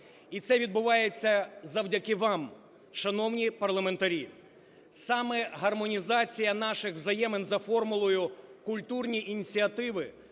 і це відбувається завдяки вам, шановні парламентарі. Саме гармонізація наших взаємин за формулою: культурні ініціативи,